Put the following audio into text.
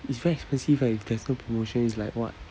it's very expensive eh if there's no promotion it's like what